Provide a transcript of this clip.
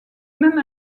même